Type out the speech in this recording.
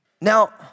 Now